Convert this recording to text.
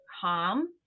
calm